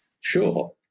Sure